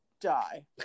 die